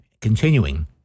Continuing